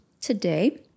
today